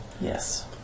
Yes